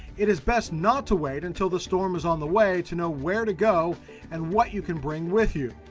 it is best not to wait until the storm is on the way to know where to go and what you can bring with you.